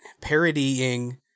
parodying